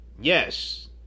yes